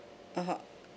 (uh huh)